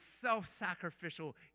self-sacrificial